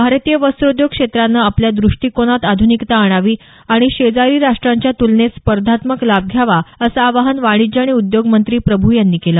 भारतीय वस्त्रोद्योग क्षेत्रानं आपल्या द्रष्टिकोनात आधुनिकता आणावी आणि शेजारी राष्ट्रांच्या तुलनेत स्पर्धात्मक लाभ घ्यावा असं आवाहन वाणिज्य आणि उद्योग मंत्री प्रभू यांनी केलं